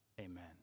Amen